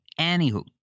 anywho